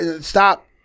stop